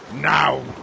Now